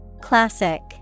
Classic